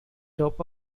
top